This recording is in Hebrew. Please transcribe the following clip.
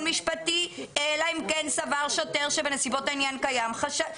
משפטי אלא אם כן סבר שוטר שבנסיבות העניין קיים חשש".